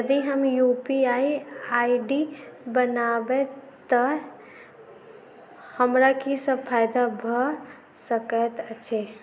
यदि हम UPI ID बनाबै तऽ हमरा की सब फायदा भऽ सकैत अछि?